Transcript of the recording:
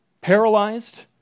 paralyzed